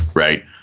right.